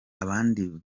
abandi